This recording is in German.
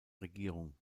regierung